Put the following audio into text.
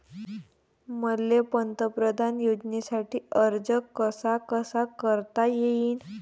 मले पंतप्रधान योजनेसाठी अर्ज कसा कसा करता येईन?